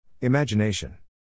Imagination